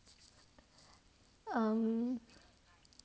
um